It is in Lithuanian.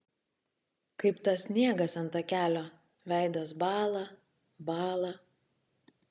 kaip tas sniegas ant takelio veidas bąla bąla